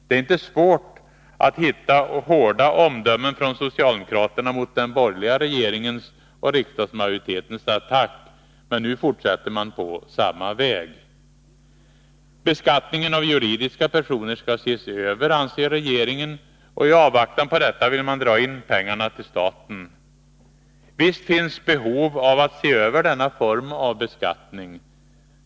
Det är inte svårt att hitta hårda omdömen från socialdemokraterna mot den borgerliga regeringens och riksdagsmajoritetens attack, men nu fortsätter man på samma väg. Beskattningen av juridiska personer skall ses över, anser regeringen, och i avvaktan på detta vill man dra in pengarna till staten. Visst finns behov av att se över denna form av beskattning.